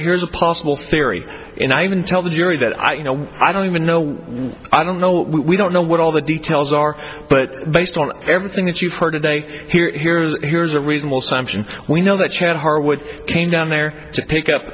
here's a possible theory and i even tell the jury that i you know i don't even know what i don't know we don't know what all the details are but based on everything that you've heard today here here's here's a reasonable assumption we know that she had harwood came down there to pick up